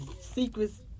secrets